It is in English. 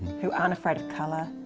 who aren't afraid of color,